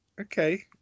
okay